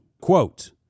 Quote